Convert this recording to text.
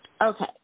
Okay